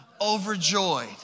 overjoyed